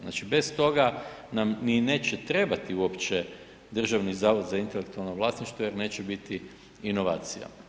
Znači bez toga nam ni neće trebati uopće Državni zavod za intelektualno vlasništvo jer neće biti inovacija.